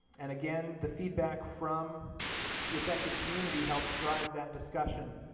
and again the feedback from the affected community helps drive that discussion.